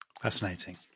Fascinating